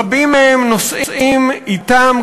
רבים מהם נושאים אתם,